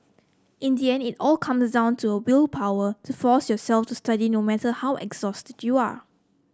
in the end it all comes down to willpower to force yourself to study no matter how exhausted you are